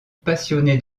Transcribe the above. passionné